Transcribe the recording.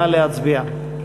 נא להצביע.